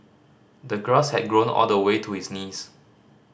the grass had grown all the way to his knees